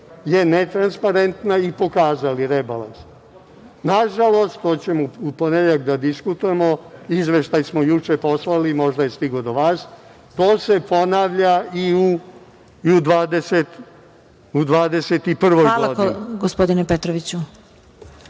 je netransparentna i pokazali rebalans. Nažalost, to ćemo u ponedeljak da diskutujemo, izveštaj smo juče poslali, možda je stiglo do vas, to se ponavlja i u 2021. godine. **Marija Jevđić**